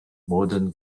model